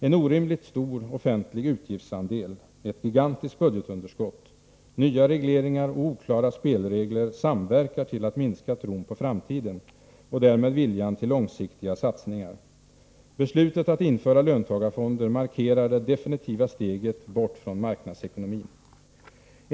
En orimligt stor offentlig utgiftsandel, ett gigantiskt budgetunderskott, nya regleringar och oklara spelregler samverkar till att minska tron på framtiden och därmed viljan till långsiktiga satsningar. Beslutet att införa löntagarfonder markerar det definitiva steget bort från marknadsekonomin.